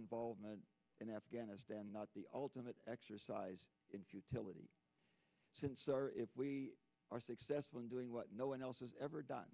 involvement in afghanistan not the ultimate exercise in futility we are successful in doing what no one else has ever done